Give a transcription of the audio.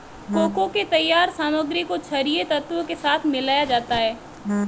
cocoa के तैयार सामग्री को छरिये तत्व के साथ मिलाया जाता है